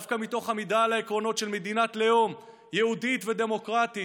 דווקא מתוך עמידה על העקרונות של מדינת לאום יהודית ודמוקרטית,